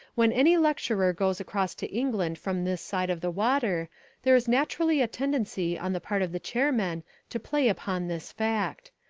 when any lecturer goes across to england from this side of the water there is naturally a tendency on the part of the chairman to play upon this fact.